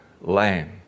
lamb